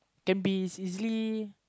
can be easily